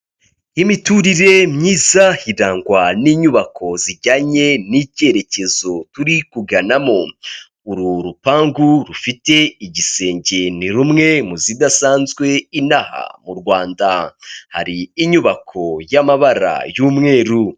Imiturire myiza irangwa n'inyubako zijyanye n'icyerekezo turi kuganamo, uru rupangu rufite igisenge ni rumwe mu zidasanzwe inaha mu Rwanda, hari inyubako y'amabara y'umweru.